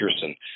Pearson